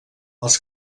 els